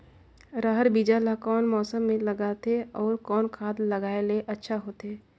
रहर बीजा ला कौन मौसम मे लगाथे अउ कौन खाद लगायेले अच्छा होथे?